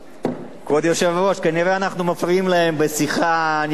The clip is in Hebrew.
כנראה אנחנו מפריעים להם בשיחה נינוחה שיש פה.